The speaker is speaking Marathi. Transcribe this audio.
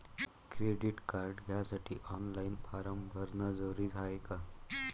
क्रेडिट कार्ड घ्यासाठी ऑनलाईन फारम भरन जरुरीच हाय का?